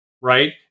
right